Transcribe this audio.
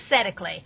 aesthetically